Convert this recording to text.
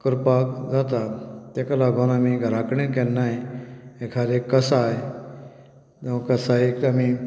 करपाक जाता ताका लागून आमी घरा कडेन केन्नाय एकादे कसाय जावं कसायेक आमीं